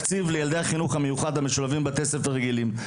שדאג לתקציב לילדי החינוך המיוחד המשולבים בבתי ספר רגילים,